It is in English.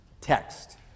text